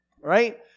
Right